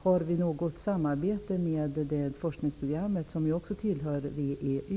Har vi något samarbete med det forskningsprogrammet, som också tillhör WEU?